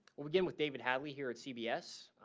we'll begin with david hadley here at cbs.